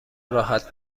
راحت